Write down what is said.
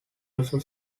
also